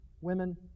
women